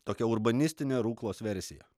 tokia urbanistinė ruklos versija